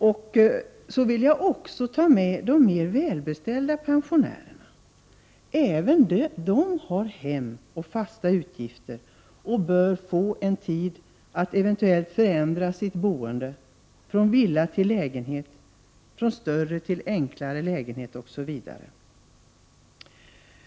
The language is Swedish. Jag vill också ta med de mer välbeställda pensionärerna. Även de har hem och fasta utgifter och bör få tid att eventuellt förändra sitt boende, från villa till lägenhet, från större till mindre lägenhet, osv.